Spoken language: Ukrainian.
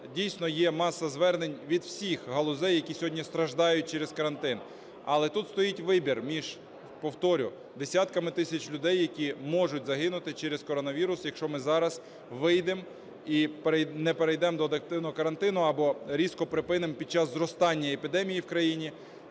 дійсно, є маса звернень від усіх галузей, які сьогодні страждають через карантин, але тут стоїть вибір між, повторю, десятками тисяч людей, які можуть загинути через коронавірус, якщо ми зараз вийдемо і не перейдемо до адаптивного карантину, або різко припинимо під час зростання епідемії в країні,